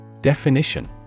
Definition